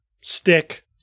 stick